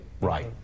right